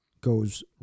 goes